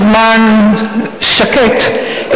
בזמן שקט,